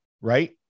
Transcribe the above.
right